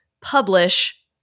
publish